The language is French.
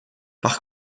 par